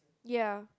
ya